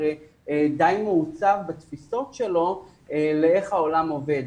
די מעוצב בתפיסות שלו איך העולם עובד.